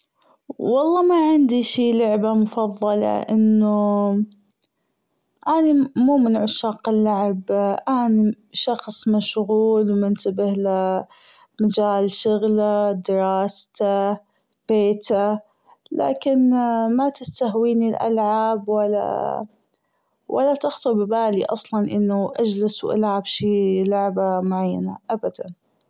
والله ما عندي شي لعبة مفظلة أنه أني مو من عشاق اللعب أنا شخص مشغول منتبه لمجال شغله دراسته بيته لكن ما تستهويني الألعاب ولا ولا تخطر ببالي اصلا أنه أجلس وألعب شي لعبة معينة أبدا.